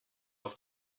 auf